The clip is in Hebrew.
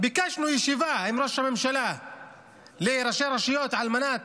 ביקשנו ישיבה של ראש הממשלה עם ראשי הרשויות על מנת